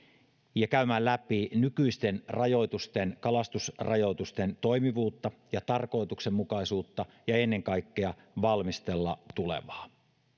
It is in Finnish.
ja käymään läpi nykyisten kalastusrajoitusten toimivuutta ja tarkoituksenmukaisuutta ja ennen kaikkea valmistelemaan tulevaa